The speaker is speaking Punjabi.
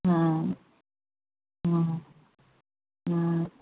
ਹਾਂ ਹਾਂ ਹਾਂ